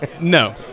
no